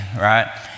right